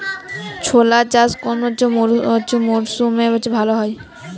ছোলা চাষ কোন মরশুমে ভালো হয়?